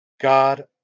God